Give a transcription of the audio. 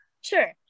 sure